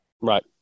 Right